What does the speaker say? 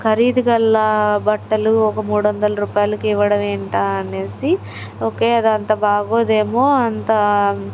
ఖరీదు గల బట్టలు ఒక మూడు వందల రూపాయలుకి ఇవ్వడం ఏంటా అని ఓకే అదంతా బాగోదేమో అంత